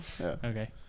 Okay